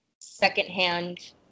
secondhand